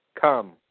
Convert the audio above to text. come